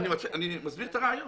אני מסביר את הרעיון.